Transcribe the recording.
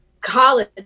college